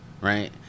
right